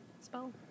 spell